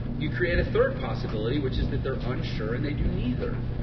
you create a third possibility which is that they're unsure and they do neither.